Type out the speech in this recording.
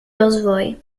rozvoj